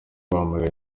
bamaganye